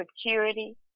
security